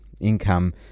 income